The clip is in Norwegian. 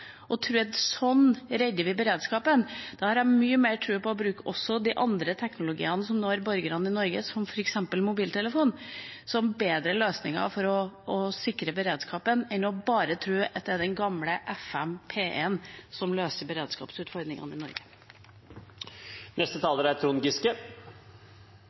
og tro at sånn redder vi beredskapen. Da har jeg mye større tro på at også å bruke de andre teknologiene som når borgerne i Norge, som f.eks. mobiltelefon, er en bedre løsning for å sikre beredskapen enn bare å tro at det er den gamle FM-kanalen P1 som løser beredskapsutfordringene i